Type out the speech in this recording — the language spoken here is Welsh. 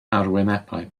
arwynebau